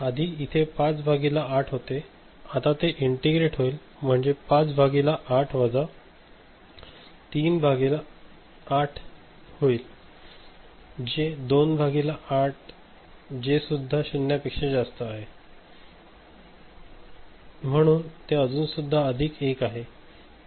आधी इथे 5 भागिले 8 होते आता हे इंटिग्रेट होईल म्हणजे 5 भागिले 8 वजा 3 भागिले 8 जे होईल 2 भागिले 8 जे सुद्धा शून्यपेक्षा जास्त आहे म्हणून हे अजून सुद्धा अधिक 1 आहे